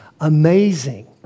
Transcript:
amazing